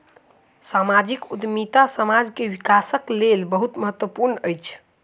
सामाजिक उद्यमिता समाज के विकासक लेल बहुत महत्वपूर्ण अछि